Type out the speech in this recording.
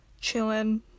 Chilling